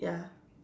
ya